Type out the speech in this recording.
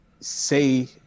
say